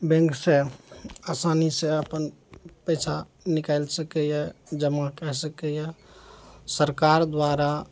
बैंकसँ आसानीसँ अपन पैसा निकालि सकइए जमा कए सकइए सरकार द्वारा